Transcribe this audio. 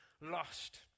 lost